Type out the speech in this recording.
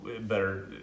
better